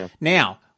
Now